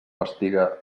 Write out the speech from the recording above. estiga